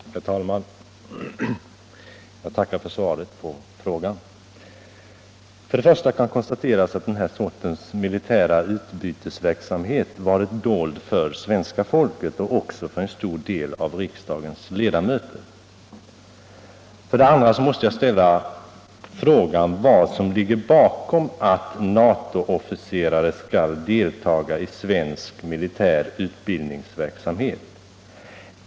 Herr talman! Jag tackar för svaret på min fråga. För det första kan konstateras att den här sortens militära utbytesverksamhet varit dold för svenska folket och också för en stor del av riksdagens ledamöter. För det andra måste jag ställa frågan vad som ligger bakom att NATO-officerare skall deltaga i svensk militär utbildningsverksamhet.